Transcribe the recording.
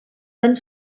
tan